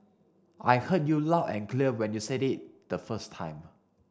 I heard you loud and clear when you said it the first time